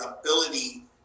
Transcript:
ability